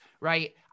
right